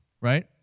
right